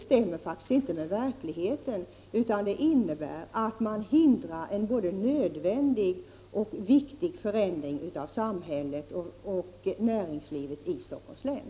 Att stoppa utvecklingen innebär att man hindrar en både nödvändig och viktig förändring av samhället och näringslivet i Stockholms län.